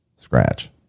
Scratch